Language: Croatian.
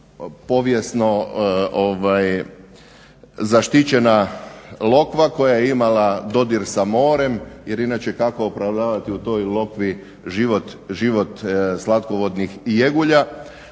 povijesno zaštićena lokva koja je imala dodir sa morem jer inače kako opravdavati u toj lokvi život slatkovodnih jegulja.